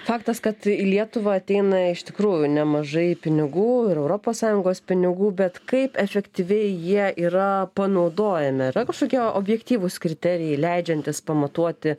faktas kad į lietuvą ateina iš tikrųjų nemažai pinigų ir europos sąjungos pinigų bet kaip efektyviai jie yra panaudojami yra kažkokie objektyvūs kriterijai leidžiantys pamatuoti